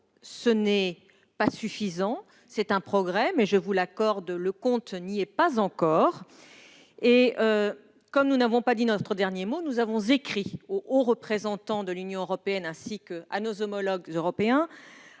d'euros : c'est un progrès, mais, je vous l'accorde, le compte n'y est pas encore. Nous n'avons pas dit notre dernier mot. Nous avons écrit au Haut Représentant de l'Union européenne, ainsi qu'à nos homologues européens,